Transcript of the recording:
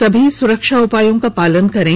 सभी सुरक्षा उपायों का पालन करें